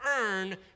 earn